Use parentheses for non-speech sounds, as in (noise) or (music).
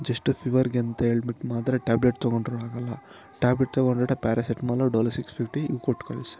just ಫೀವರಿಗೆ ಅಂತೇಳ್ಬಿಟ್ಟು ಮಾತ್ರೆ ಟ್ಯಾಬ್ಲೆಟ್ ತಗೊಂಡರೂ ಆಗೋಲ್ಲ tablet ತಗೊಂಡರೂ (unintelligible) paracetamol Dolo six fifty ಇವು ಕೊಟ್ಟು ಕಳಿಸ್ತಾರೆ